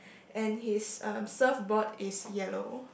and his um surfboard is yellow